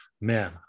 Man